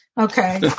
Okay